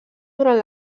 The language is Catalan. durant